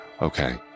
okay